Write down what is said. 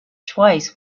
twice